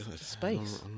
space